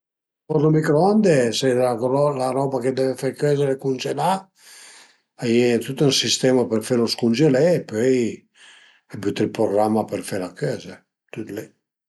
Ël forno a microonde, së la roba che deve fe cözi al e cungelà a ie tüt ën sistema për felu scungelé e pöi büte ël programma për fela cözi, tüt li